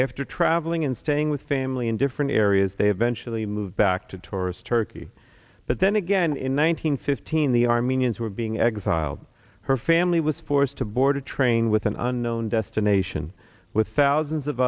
after travelling and staying with family in different areas they eventually moved back to torres turkey but then again in one thousand nine hundred fifteen the armenians were being exiled her family was forced to board a train with an unknown destination with thousands of